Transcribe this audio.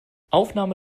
aufnahme